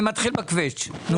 אני מתחיל בקווץ', נו.